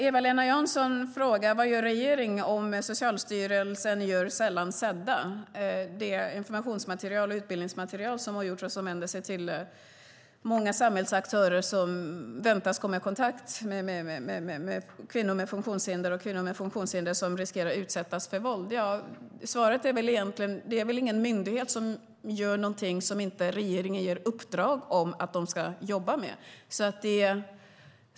Eva-Lena Jansson frågade vad regeringen gör om Socialstyrelsen gör Sällan sedda , det informationsmaterial och utbildningsmaterial som vänder sig till många samhällsaktörer som väntas komma i kontakt med kvinnor med funktionshinder och kvinnor med funktionshinder som riskerar att utsättas för våld. Svaret är egentligen: Det är väl ingen myndighet som gör någonting som inte regeringen ger dem i uppdrag att jobba med.